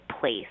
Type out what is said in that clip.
place